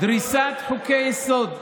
דריסת חוקי-יסוד,